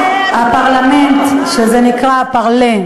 שזה נקרא parler,